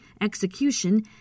execution